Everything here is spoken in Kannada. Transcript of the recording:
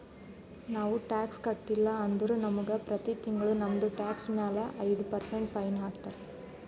ನಾವು ಟ್ಯಾಕ್ಸ್ ಕಟ್ಟಿಲ್ಲ ಅಂದುರ್ ನಮುಗ ಪ್ರತಿ ತಿಂಗುಳ ನಮ್ದು ಟ್ಯಾಕ್ಸ್ ಮ್ಯಾಲ ಐಯ್ದ ಪರ್ಸೆಂಟ್ ಫೈನ್ ಹಾಕ್ತಾರ್